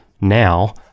now